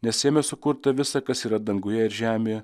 nes jame sukurta visa kas yra danguje ir žemėje